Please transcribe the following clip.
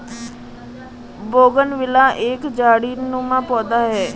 bougainvillea एक झाड़ीनुमा पौधा है